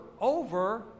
over